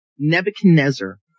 Nebuchadnezzar